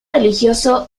religioso